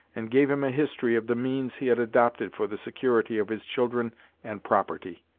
and gave him a history of the means he had adopted for the security of his children and property.